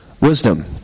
wisdom